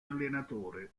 allenatore